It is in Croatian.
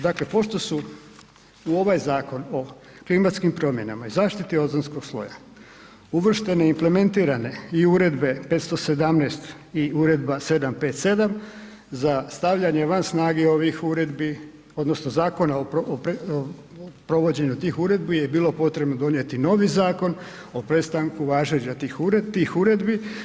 Dakle, pošto su u ovaj Zakon o klimatskim promjenama i zaštiti ozonskog sloja uvrštene i implementirane i Uredbe 517 i Uredba 757 za stavljanje van snage ovih uredbi odnosno Zakona o provođenju tih uredbi je bilo potrebno donijeti novi zakon o prestanku važenja tih uredbi.